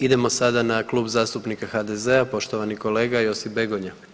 Idemo sada na Klub zastupnika HDZ-a poštovani kolega Josip Begonja.